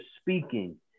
speaking